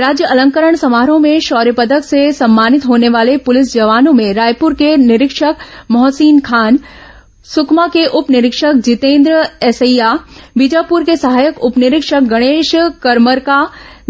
राज्य अलंकरण समारोह में शौर्य पदक से सम्मानित होने वाले पुलिस जवानों में रायपुर के निरीक्षक मोहसिन खान सुकमा के उप निरीक्षक जितेन्द्र एसैया बीजापुर के सहायक उप निरीक्षक गणेश करमरका